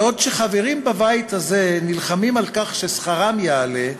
בעוד חברים בבית הזה נלחמים על כך ששכרם יעלה,